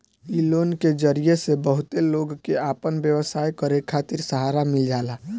इ लोन के जरिया से बहुते लोग के आपन व्यवसाय करे खातिर सहारा मिल जाता